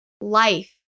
life